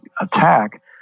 attack